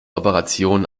operationen